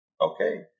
Okay